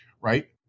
right